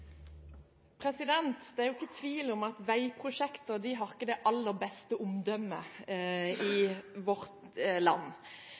ikke tvil om at veiprosjekter ikke har det aller beste omdømmet i vårt land.